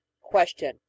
Question